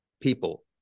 people